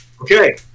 Okay